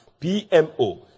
pmo